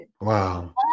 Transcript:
Wow